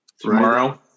tomorrow